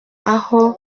aho